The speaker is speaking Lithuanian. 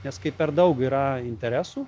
nes kai per daug yra interesų